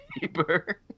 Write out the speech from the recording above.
paper